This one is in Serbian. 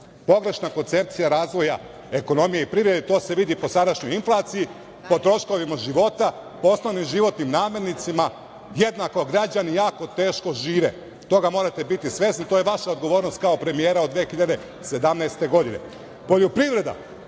Pogrešna koncepcija razvoja ekonomije i privrede. To se vidi po sadašnjoj inflaciji, po troškovima života, po osnovnim životnim namirnicama, jednako građani jako teško žive. Toga morate biti svesni. To je vaša odgovornost, kao premijera od 2017. godine. Poljoprivreda,